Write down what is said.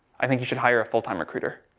i think you should hire a full-time recruiter.